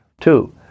Two